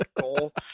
goal